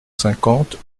cinquante